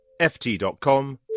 ft.com